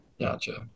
Gotcha